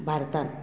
भारतांत